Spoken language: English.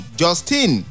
justin